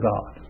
God